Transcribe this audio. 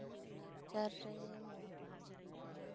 ᱤᱧᱟᱹᱜ ᱞᱟᱠᱪᱟᱨ ᱨᱮ ᱢᱩᱲᱩᱫ ᱡᱤᱣᱤᱠᱟ